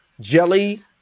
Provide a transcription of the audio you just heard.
jelly